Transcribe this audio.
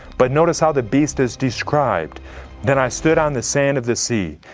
but notice how the beast is described then i stood on the sand of the sea.